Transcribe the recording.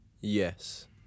Yes